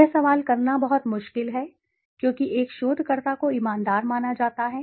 यह सवाल करना बहुत मुश्किल है क्योंकि एक शोधकर्ता को ईमानदार माना जाता है